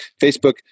Facebook